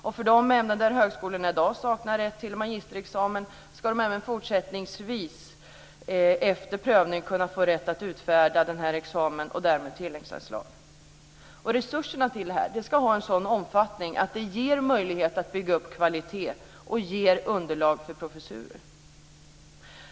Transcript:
I de ämnen där högskolorna i dag saknar rätt till magisterexamen ska de fortsättningsvis efter prövning få rätt att utfärda examen och därmed också få tilläggsanslag. Resurserna till detta ska vara av en sådan omfattning att de ger möjlighet att bygga upp kvalitet och ger underlag för professurer.